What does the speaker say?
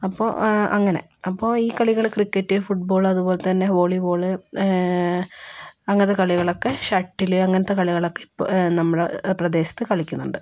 അപ്പോൾ അങ്ങനെ അപ്പോൾ ഈ കളികൾ ക്രിക്കറ്റ് ഫുട്ബോള് അതുപോലെത്തന്നെ വോളിബോള് അങ്ങത്തെ കളികളൊക്കെ ഷട്ടില് അങ്ങനത്തെ കളികളൊക്കെ ഇപ്പോൾ നമ്മുടെ പ്രദേശത്ത് കളിക്കുന്നുണ്ട്